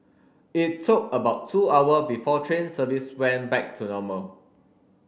it took about two hour before train service went back to normal